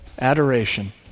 Adoration